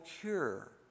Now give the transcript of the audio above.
cure